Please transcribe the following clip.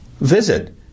Visit